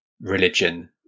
religion